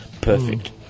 perfect